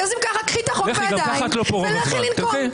קחי את החוק לידיים ולכי לנקום.